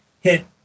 hit